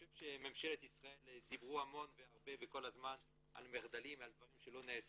בממשלת ישראל דיברו הרבה על מחדלים ודברים שלא נעשו,